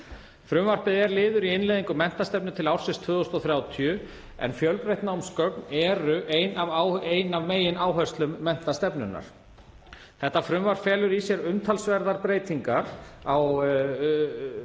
Frumvarpið er liður í innleiðingu menntastefnu til ársins 2030 en fjölbreytt námsgögn eru ein af megináherslum menntastefnunnar. Þetta frumvarp felur í sér umtalsverðar breytingar á útgáfu